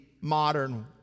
modern